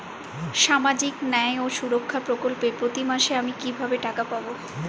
সামাজিক ন্যায় ও সুরক্ষা প্রকল্পে প্রতি মাসে আমি কিভাবে টাকা পাবো?